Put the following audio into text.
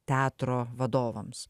teatro vadovams